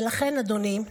ולכן, אדוני,